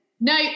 No